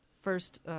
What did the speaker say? first